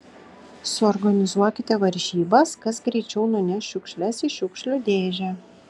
suorganizuokite varžybas kas greičiau nuneš šiukšles į šiukšlių dėžę